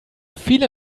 viele